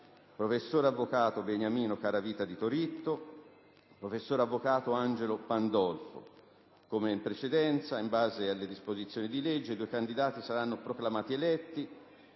Professor avvocato Beniamino Caravita di Toritto - Professor avvocato Angelo Pandolfo. Ricordo che, in base alla citata disposizione di legge, i due candidati saranno proclamati eletti